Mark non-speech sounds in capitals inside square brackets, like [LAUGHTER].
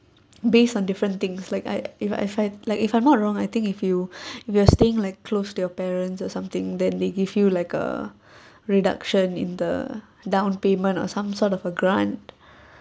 based on different things like I if I like if I'm not wrong I think if you [BREATH] if you're staying like close to your parents or something then they give you like a [BREATH] reduction in the down payment or some sort of a grant [BREATH]